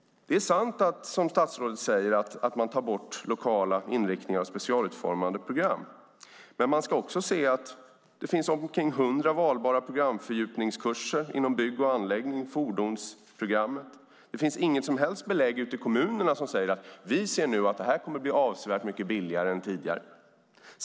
Det är sant som statsrådet säger att man tar bort lokala inriktningar och specialutformade program. Man ska dock också se att det finns omkring hundra valbara programfördjupningskurser inom bygg och anläggning och i fordonsprogrammet. Det finns inget som helst belägg ute i kommunerna för att de nu ser att detta kommer att bli avsevärt mycket billigare än tidigare.